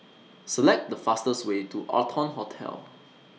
Select The fastest Way to Arton Hotel